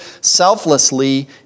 selflessly